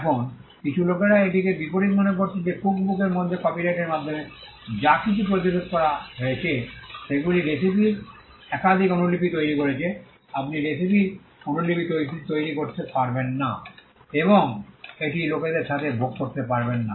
এখন কিছু লোকেরা এটিকে বিপরীত মনে করেছে যে কুকবুকের মধ্যে কপিরাইটের মাধ্যমে যা কিছু প্রতিরোধ করা হয়েছে সেগুলি রেসিপিটির একাধিক অনুলিপি তৈরি করছে আপনি রেসিপিটির অনুলিপি তৈরি করতে পারবেন না এবং আপনি এটি লোকেদের সাথে ভাগ করতে পারবেন না